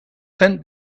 sent